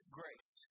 grace